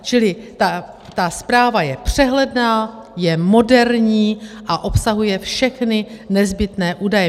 Čili ta zpráva je přehledná, je moderní a obsahuje všechny nezbytné údaje.